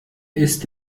ist